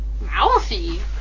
Mouthy